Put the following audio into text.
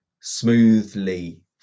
smoothly